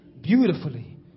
beautifully